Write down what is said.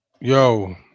yo